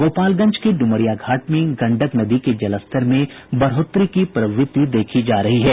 गोपालगंज के डुमरिया घाट में गंडक नदी के जलस्तर में बढ़ोतरी की प्रवृत्ति देखी जा रही है